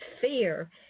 fear